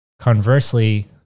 conversely